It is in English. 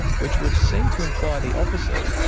which would seem to imply the opposite.